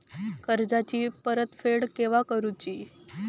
कर्जाची परत फेड केव्हा करुची?